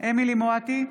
אמילי חיה מואטי,